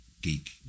geek